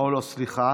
אוה, לא, סליחה.